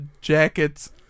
jacket's